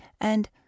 and—